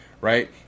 right